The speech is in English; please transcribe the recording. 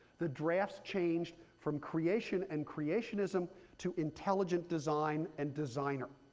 the drafts changed from creation and creationism to intelligent design and designer.